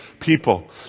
people